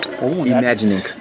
imagining